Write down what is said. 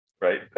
right